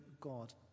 God